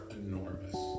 enormous